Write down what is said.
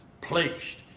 placed